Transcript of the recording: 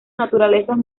naturalezas